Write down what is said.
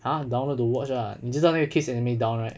!huh! download to watch lah 你知道那个 kissanime down right